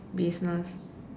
business